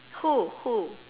who who